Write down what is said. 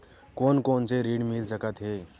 कोन कोन से ऋण मिल सकत हे?